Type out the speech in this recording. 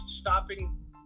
stopping